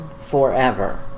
forever